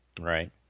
Right